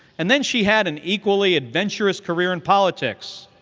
and then she had an equally adventurous career in politics,